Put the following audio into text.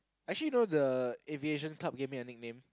actually know the aviation club gave me a nickname